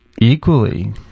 Equally